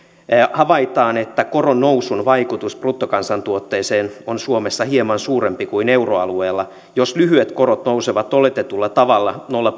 havaitaan että koronnousun vaikutus bruttokansantuotteeseen on suomessa hieman suurempi kuin euroalueella jos lyhyet korot nousevat oletetulla tavalla nolla